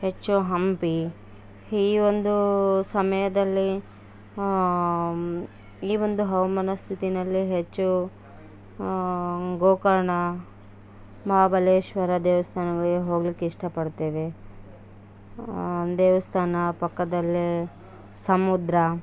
ಹೆಚ್ಚು ಹಂಪಿ ಈ ಒಂದು ಸಮಯದಲ್ಲಿ ಈ ಒಂದು ಹವಾಮಾನ ಸ್ಥಿತಿಯಲ್ಲಿ ಹೆಚ್ಚು ಗೋಕರ್ಣ ಮಹಾಬಲೇಶ್ವರ ದೇವಸ್ಥಾನಗಳಿಗೆ ಹೋಗಲಿಕ್ಕೆ ಇಷ್ಟಪಡ್ತೇವೆ ದೇವಸ್ಥಾನ ಪಕ್ಕದಲ್ಲೇ ಸಮುದ್ರ